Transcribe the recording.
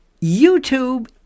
YouTube